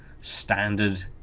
standard